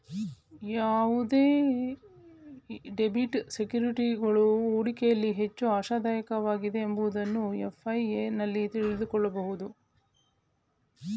ಯಾವ ಡೆಬಿಟ್ ಸೆಕ್ಯೂರಿಟೀಸ್ಗಳು ಹೂಡಿಕೆಯಲ್ಲಿ ಹೆಚ್ಚು ಆಶಾದಾಯಕವಾಗಿದೆ ಎಂಬುದನ್ನು ಎಫ್.ಐ.ಎ ನಲ್ಲಿ ತಿಳಕೋಬೋದು